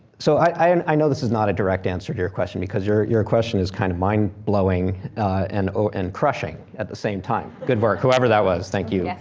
so, i and i know this is not a direct answer to your question, because your your question is kind of mind blowing and and crushing at the same time. good work, whoever that was, thank you. yes,